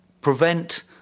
prevent